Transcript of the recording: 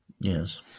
Yes